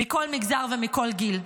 מכל מגזר ומכל גיל: